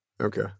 okay